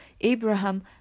Abraham